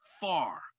far